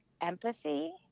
empathy